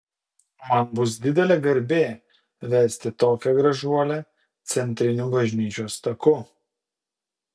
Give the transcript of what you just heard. man bus didelė garbė vesti tokią gražuolę centriniu bažnyčios taku